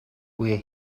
where